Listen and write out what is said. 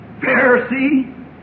Pharisee